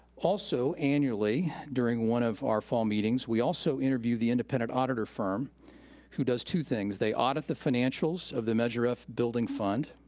also, annually, during one of our fall meetings, we also interview the independent auditor firm who does two things. they audit the financials of the measure f building fund,